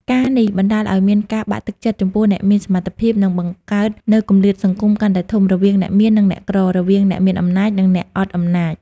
ការណ៍នេះបណ្តាលឲ្យមានការបាក់ទឹកចិត្តចំពោះអ្នកមានសមត្ថភាព និងបង្កើតនូវគម្លាតសង្គមកាន់តែធំ រវាងអ្នកមាន និងអ្នកក្រ រវាងអ្នកមានអំណាច និងអ្នកអត់អំណាច។